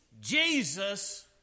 Jesus